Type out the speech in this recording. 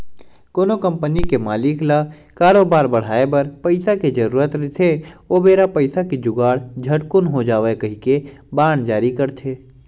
कोनो कंपनी के मालिक ल करोबार बड़हाय बर पइसा के जरुरत रहिथे ओ बेरा पइसा के जुगाड़ झटकून हो जावय कहिके बांड जारी करथे